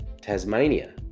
tasmania